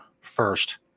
first